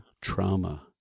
trauma